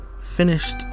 finished